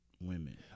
women